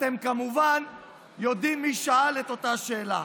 אתם כמובן יודעים מי שאל את אותה שאלה.